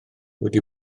wedi